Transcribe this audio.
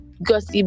Gossip